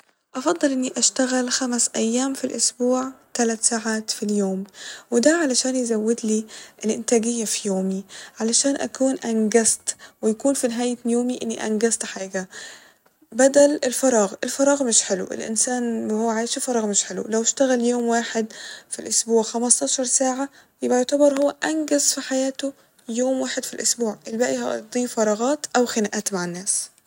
أفضل إني أشتغل خمس أيام في الاسبوع ، تلت ساعات في اليوم وده عشان يزودلي الانتاجية في يومي ، علشان اكون انجزت و يكون ف نهاية يومي اني انجزت حاجة بدل الفراغ ، الفراغ مش حلو ، الانسان وهو عايش الفراغ مش حلو لو اشتغل يوم واحد ف الاسبوع خمساتشر ساعةيبقى يعتبرهو انجز ف حياته يوم واحد ف الاسبوع الباقي هيقضيه فراغات او خناقات مع الناس